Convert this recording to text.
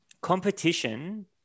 Competition